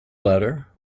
letter